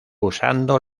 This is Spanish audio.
usando